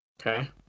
Okay